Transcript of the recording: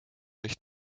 nicht